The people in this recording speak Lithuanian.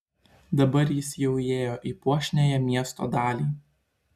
dabar jis jau įėjo į puošniąją miesto dalį